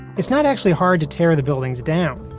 it's not actually hard to tear the buildings down.